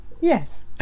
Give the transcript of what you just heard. yes